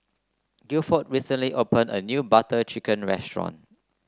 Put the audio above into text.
Gilford recently opened a new Butter Chicken restaurant